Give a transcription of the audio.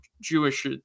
Jewish